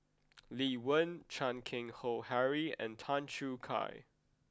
Lee Wen Chan Keng Howe Harry and Tan Choo Kai